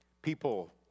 People